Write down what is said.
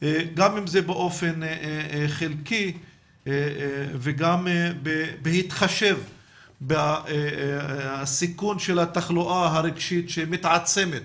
גם אם זה באופן חלקי וגם בהתחשב בסיכון של התחלואה הרגשית שמתעצמת